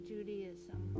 Judaism